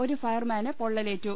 ഒരു ഫയർമാന് പൊള്ളലേറ്റു